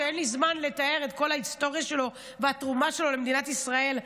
שאין לי זמן לתאר את כל ההיסטוריה שלו והתרומה של למדינת ישראל,